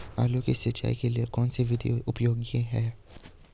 आलू की सिंचाई के लिए कौन सी विधि उपयोगी है?